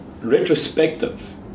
Retrospective